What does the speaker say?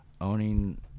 owning